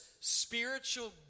spiritual